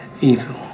evil